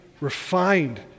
refined